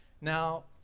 Now